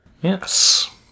Yes